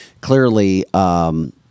clearly –